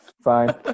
Fine